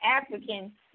African